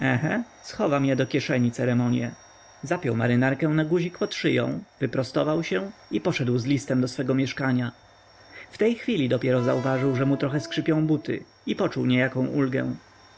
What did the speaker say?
schowam ja do kieszeni ceremonie zapiął marynarkę na guzik pod szyją wyprostował się i poszedł z listem do swego mieszkania w tej chwili dopiero zauważył że mu trochę skrzypią buty i poczuł niejaką ulgę